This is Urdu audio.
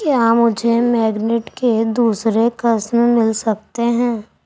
کیا مجھے میگنٹ کے دوسرے قسم مل سکتے ہیں